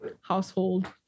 household